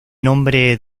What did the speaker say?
nombre